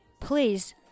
Please